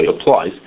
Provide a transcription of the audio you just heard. applies